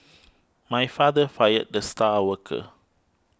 my father fired the star worker